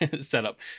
setup